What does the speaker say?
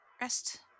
rest